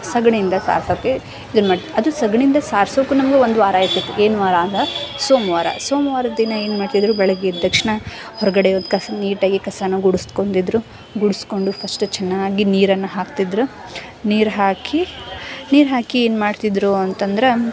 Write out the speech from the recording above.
ಸಗಣಿಯಿಂದ ಸಾರ್ಸೋಕ್ಕೆ ಇದನ್ನ ಮಾಡಿ ಅದು ಸಗಣಿಯಿಂದ ಸಾರ್ಸೋಕು ನಮಗೆ ಒಂದು ವಾರ ಆಯ್ತೈತಿ ಏನು ವಾರ ಆಗ ಸೋಮವಾರ ಸೋಮವಾರ ದಿನ ಏನು ಮಾಡ್ತಿದ್ದರು ಬೆಳಗ್ಗೆ ಎದ್ದ ತಕ್ಷಣ ಹೊರಗಡೆ ಒಂದು ಕಸ ನೀಟಾಗಿ ಕಸನ ಗುಡಿಸ್ಕೊಂಡಿದ್ದರು ಗುಡ್ಸ್ಕೊಂಡು ಫಸ್ಟ್ ಚೆನ್ನಾಗಿ ನೀರನ್ನ ಹಾಕ್ತಿದ್ದರು ನೀರು ಹಾಕಿ ನೀರು ಹಾಕಿ ಏನು ಮಾಡ್ತಿದ್ದರು ಅಂತಂದ್ರೆ